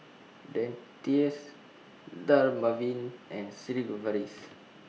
Dentiste Dermaveen and Sigvaris